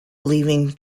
leaving